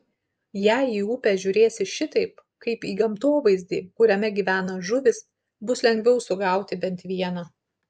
jei į upę žiūrėsi šitaip kaip į gamtovaizdį kuriame gyvena žuvys bus lengviau sugauti bent vieną